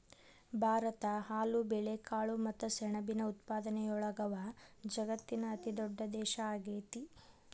ಭಾರತ ಹಾಲು, ಬೇಳೆಕಾಳು ಮತ್ತ ಸೆಣಬಿನ ಉತ್ಪಾದನೆಯೊಳಗ ವಜಗತ್ತಿನ ಅತಿದೊಡ್ಡ ದೇಶ ಆಗೇತಿ